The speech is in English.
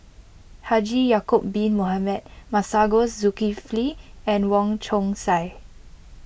Haji Ya'Acob Bin Mohamed Masagos Zulkifli and Wong Chong Sai